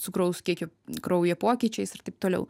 cukraus kiekio kraujyje pokyčiais ir taip toliau